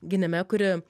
gynime kuri